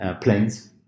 Planes